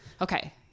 Okay